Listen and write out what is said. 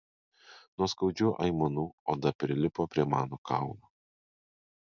nuo skaudžių aimanų oda prilipo prie mano kaulų